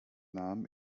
namen